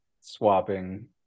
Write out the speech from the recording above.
swapping